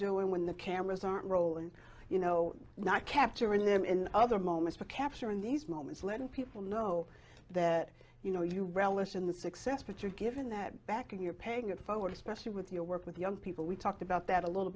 doing when the cameras aren't rolling you know not capturing them in other moments but capturing these moments letting people know that you know you relish in the success but you're given that back and you're paying it forward especially with your work with young people we talked about that a little